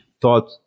Thought